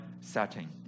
setting